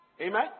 Amen